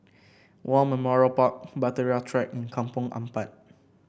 War Memorial Park Bahtera Track and Kampong Ampat